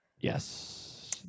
Yes